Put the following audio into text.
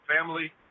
family